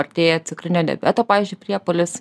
artėja cukrinio diabeto pavyzdžiui priepuolis